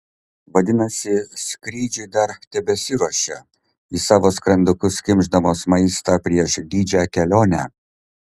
vadinasi skrydžiui dar tebesiruošia į savo skrandukus kimšdamos maistą prieš didžią kelionę